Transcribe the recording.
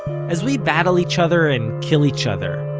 as we battle each other and kill each other,